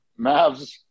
Mavs